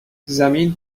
زمین